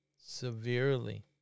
severely